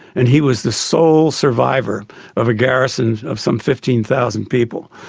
and he was the sole survivor of a garrison of some fifteen thousand people.